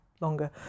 longer